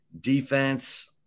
defense